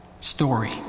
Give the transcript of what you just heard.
story